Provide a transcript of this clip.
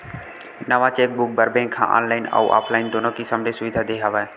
नवा चेकबूक बर बेंक ह ऑनलाईन अउ ऑफलाईन दुनो किसम ले सुबिधा दे हे